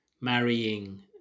marrying